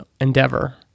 endeavor